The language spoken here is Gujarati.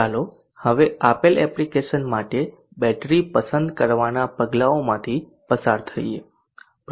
ચાલો હવે આપેલ એપ્લિકેશન માટે બેટરી પસંદ કરવાનાં પગલાઓમાંથી પસાર થઈએ